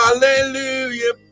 Hallelujah